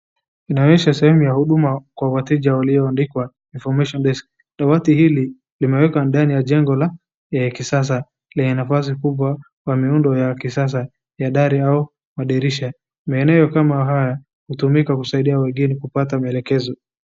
Inaonyesha sehemu ya huduma kwa wateja iliyoandikwa information desk . Dawati hili limewekwa ndani ya jengo la kisasa lenye nafasi kubwa la miundo ya kisasa ya dari au madirisha. Maeneo kama haya hutumika kusaidia wageni kupata maelekezo.